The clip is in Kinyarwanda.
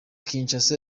kinshasa